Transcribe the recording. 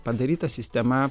padaryta sistema